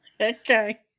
Okay